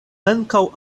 ankaŭ